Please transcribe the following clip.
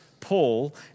Paul